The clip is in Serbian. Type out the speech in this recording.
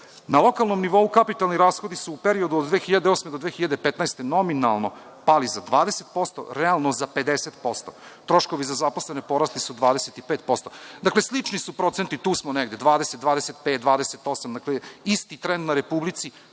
lokalnom nivou kapitalni rashodi su, u periodu od 2008. do 2015. godine, nominalno pali za 20%, realno za 50%, troškovi za zaposlene porasli su 25%. Dakle, slični su procenti, tu smo negde 20, 25, 28. Dakle, isti trend na Republici,